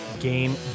game